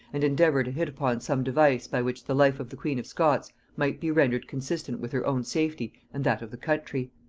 and endeavour to hit upon some device by which the life of the queen of scots might be rendered consistent with her own safety and that of the country.